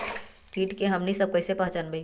किट के हमनी सब कईसे पहचान बई?